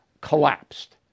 collapsed